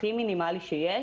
הכי מינימלי שיש.